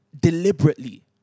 deliberately